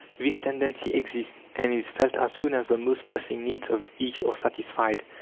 this tendency exists, and is felt as soon as the most pressing needs of each are satisfied,